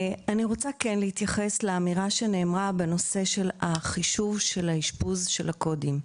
רוצה להתייחס לאמירה שנאמרה בנושא של החישוב של האשפוז של הקודים.